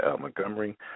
Montgomery